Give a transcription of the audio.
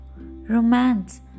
romance